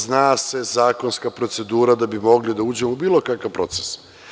Zna se zakonska procedura da bi mogli da uđemo u bilo kakav proces.